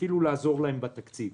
ואפילו לעזור להם בתקציב,